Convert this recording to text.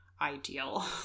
ideal